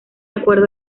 acuerdo